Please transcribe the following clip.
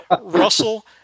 Russell